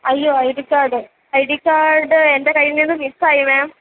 അയ്യോ I D card I D card എൻ്റെ കയ്യിൽ നിന്നും മിസ്സായി മേം